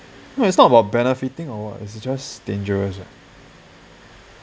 no it's not about benefiting or what it's just dangerous ah